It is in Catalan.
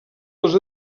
dels